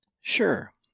Sure